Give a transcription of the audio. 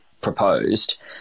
proposed